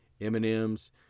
M&M's